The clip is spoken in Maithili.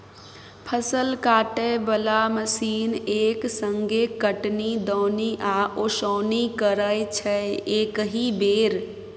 फसल काटय बला मशीन एक संगे कटनी, दौनी आ ओसौनी करय छै एकहि बेर